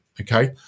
okay